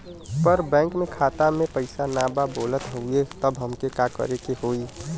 पर बैंक मे खाता मे पयीसा ना बा बोलत हउँव तब हमके का करे के होहीं?